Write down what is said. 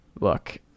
look